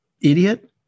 idiot